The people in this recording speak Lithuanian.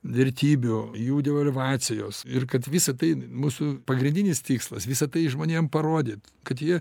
vertybių jų devalvacijos ir kad visa tai mūsų pagrindinis tikslas visa tai žmonėm parodyt kad jie